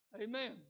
Amen